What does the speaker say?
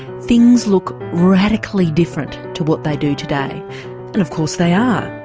things look radically different to what they do today and of course they are.